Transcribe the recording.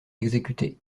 exécutés